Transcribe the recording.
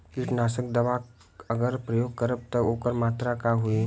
कीटनाशक दवा अगर प्रयोग करब त ओकर मात्रा का होई?